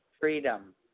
freedom